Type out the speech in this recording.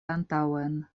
antaŭen